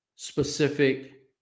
Specific